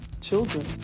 children